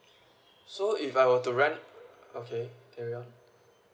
so if I were to rent okay carrying on